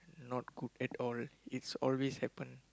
not good at all it's always happen